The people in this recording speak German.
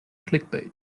clickbait